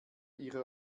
ihre